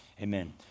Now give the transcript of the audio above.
Amen